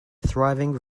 thriving